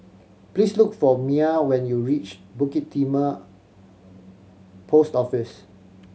please look for Mia when you reach Bukit Timah Post Office